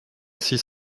six